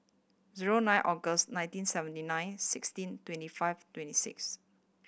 zero nine August nineteen seventy nine sixteen twenty five twenty six